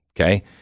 okay